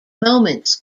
moments